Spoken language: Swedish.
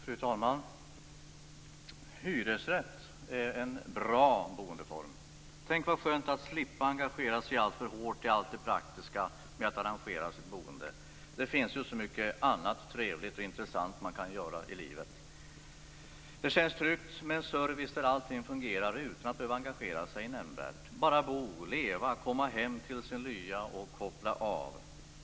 Fru talman! Hyresrätt är en bra boendeform. Tänk vad skönt att slippa engagera sig alltför hårt i allt det praktiska med att arrangera sitt boende. Det finns ju så mycket annat trevligt och intressant man kan göra i livet. Det känns tryggt med en service där allting fungerar utan att man behöver engagera sig nämnvärt. Man kan bara bo, leva och komma hem till sin lya och koppla av.